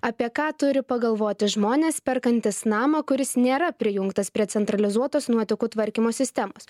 apie ką turi pagalvoti žmonės perkantys namą kuris nėra prijungtas prie centralizuotos nuotekų tvarkymo sistemos